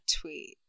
tweet